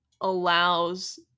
allows